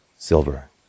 silver